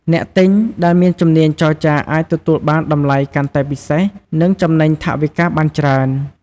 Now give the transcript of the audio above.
អ្នកទិញដែលមានជំនាញចរចាអាចទទួលបានតម្លៃកាន់តែពិសេស និងចំណេញថវិកាបានច្រើន។